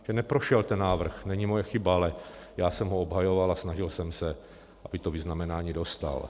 Že neprošel ten návrh, není moje chyba, ale já jsem ho obhajoval a snažil jsem se, aby to vyznamenání dostal.